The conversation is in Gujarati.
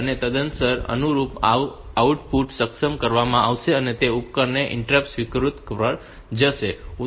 અને તદનુસાર અનુરૂપ આઉટપુટ સક્ષમ કરવામાં આવશે અને તે ઉપકરણ માટે ઇન્ટરપ્ટ સ્વીકૃતિ પર જશે